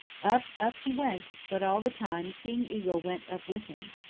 up, up he went, but all the time king eagle went up with him,